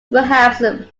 perhaps